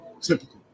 Typical